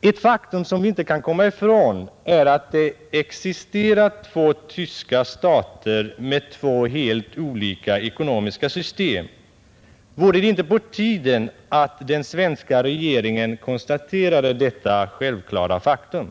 Ett faktum som vi inte kan komma ifrån är att det existerar två tyska stater med två helt olika ekonomiska system. Vore det inte på tiden att den svenska regeringen konstaterade detta självklara faktum?